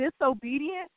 disobedient